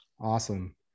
Awesome